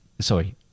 Sorry